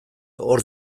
hor